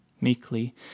meekly